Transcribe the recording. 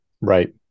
Right